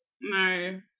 No